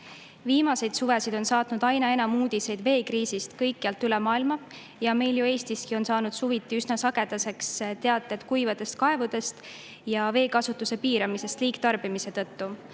Viimaseid suvesid on saatnud aina enam uudiseid veekriisist kõikjal üle maailma ja meil Eestiski on saanud suviti üsna sagedaseks teated kuivadest kaevudest ja veekasutuse piiramisest liigtarbimise tõttu.